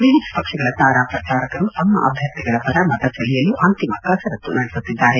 ವಿವಿಧ ಪಕ್ಷಗಳ ತಾರಾ ಪ್ರಚಾರಕರು ತಮ್ನ ಅಭ್ಯರ್ಥಿಗಳ ಪರ ಮತ ಸೆಳೆಯಲು ಅಂತಿಮ ಕಸರತ್ತು ನಡೆಸುತ್ತಿದ್ದಾರೆ